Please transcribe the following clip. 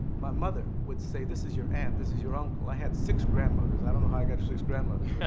my mother would say this is your aunt, this is your uncle. i had six grandmothers. i don't know how i got six grandmothers.